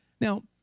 Now